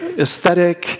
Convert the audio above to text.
aesthetic